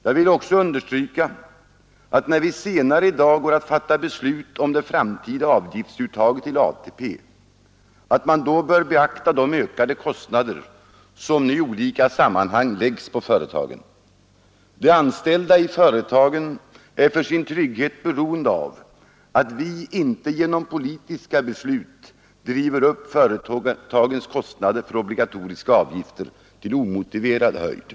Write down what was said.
Jag vill också understryka att vi, när vi senare i dag går att fatta beslut om det framtida avgiftsuttaget till ATP, bör beakta de ökade kostnader som nu i olika sammanhang läggs på företagen. De anställda i företagen är för sin trygghet beroende av att de inte genom politiska beslut driver upp företagens kostnader för obligatoriska avgifter till omotiverad höjd.